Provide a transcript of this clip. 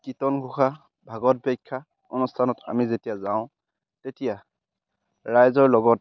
কীৰ্তন ঘোষা ভাগৱত ব্যাখ্যা অনুষ্ঠানত আমি যেতিয়া যাওঁ তেতিয়া ৰাইজৰ লগত